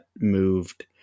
moved